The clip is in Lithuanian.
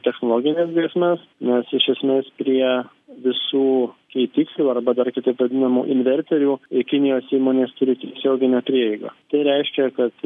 technologines grėsmes nes iš esmės prie visų keitiklių arba dar kitaip vadinamų inverterių kinijos įmonės turi tiesioginę prieigą tai reiškia kad